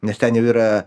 nes ten jau yra